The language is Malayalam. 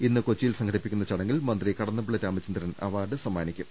ഇന്ന് കൊച്ചിയിൽ സംഘടിപ്പിക്കുന്ന ചടങ്ങിൽ മന്ത്രി കടന്നപ്പള്ളി രാമചന്ദ്രൻ അവാർഡ് സമ്മാനിക്കും